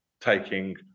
taking